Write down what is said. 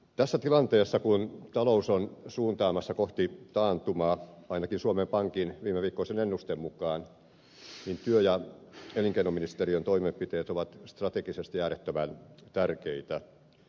tässä tilanteessa kun talous on suuntaamassa kohti taantumaa ainakin suomen pankin viimeviikkoisen ennusteen mukaan työ ja elinkeinoministeriön toimenpiteet ovat strategisesti äärettömän tärkeitä